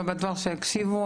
לא בטוח שיקשיבו.